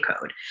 code